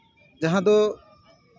ᱡᱟᱦᱟᱸ ᱫᱚ